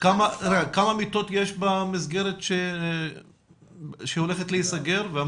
--- כמה מיטות יש במסגרת שהולכת להיסגר?